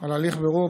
על הליך בירור,